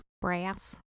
Brass